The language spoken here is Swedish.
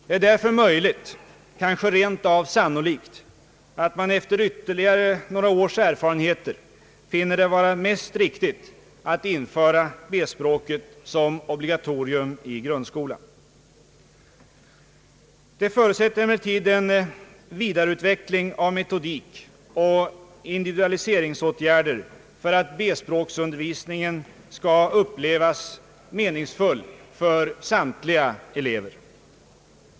Det är därför möjligt, kanske rent av sannolikt, att man efter ytterligare några års erfarenhet finner det vara mest riktigt att införa B-språket som obligatorium i grundskolan. Det förutsätter emellertid en vidareutveckling av metodik och individualiseringsåtgärder för att B språksundervisningen skall upplevas som meningsfull av samtliga elever.